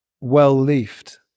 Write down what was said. well-leafed